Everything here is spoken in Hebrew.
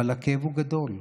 אבל הכאב הוא גדול,